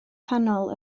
canol